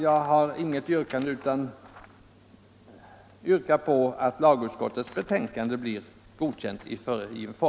Jag har inget annat yrkande än om bifall till lagutskottets hemställan i föreliggande form.